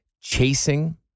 chasing